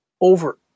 Over